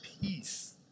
peace